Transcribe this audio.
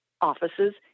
Offices